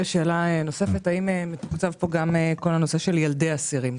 יש לי שאלה נוספת: האם מתוקצב פה גם נושא ילדי אסירים?